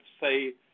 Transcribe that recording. say